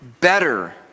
better